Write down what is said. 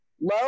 low